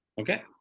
okay